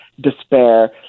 despair